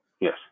yes